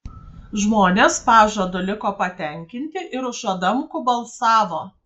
žmonės pažadu liko patenkinti ir už adamkų balsavo